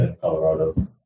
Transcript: Colorado